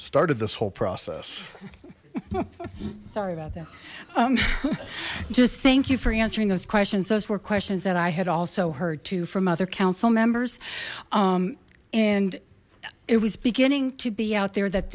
started this whole process just thank you for answering those questions those were questions that i had also heard too from other council members and it was beginning to be out there that